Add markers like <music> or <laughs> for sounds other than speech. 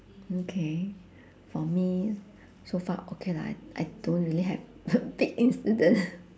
okay for me so far okay lah I I don't really have a big incident <laughs>